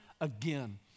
again